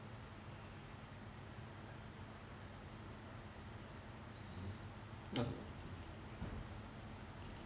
uh